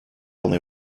only